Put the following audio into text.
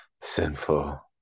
sinful